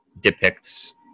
depicts